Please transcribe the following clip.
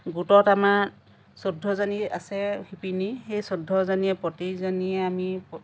গোটত আমাৰ চৌধ্যজনী আছে শিপিনী সেই চৈধ্যজনীয়ে প্ৰতিজনীয়ে আমি